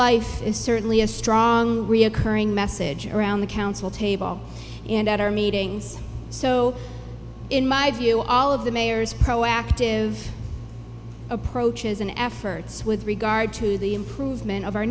life is certainly a strong reoccurring message around the council table and at our meetings so in my view all of the mayors proactive approach is an efforts with regard to the improvement o